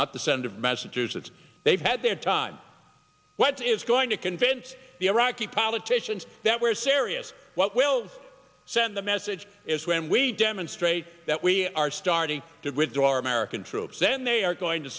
not the senate of massachusetts they've had their time what is going to convince the iraqi politicians that we're serious what will send the message is when we demonstrate that we are starting did withdraw american troops then they are going to